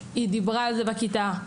היא דיברה על זה בכיתה,